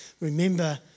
remember